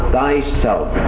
thyself